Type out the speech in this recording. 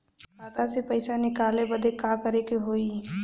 खाता से पैसा निकाले बदे का करे के होई?